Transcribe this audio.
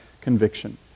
conviction